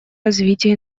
развитие